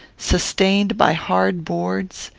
sustained by hard boards,